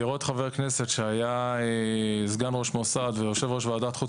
לראות חבר כנסת שהיה סגן ראש מוסד ויושב-ראש ועדת החוץ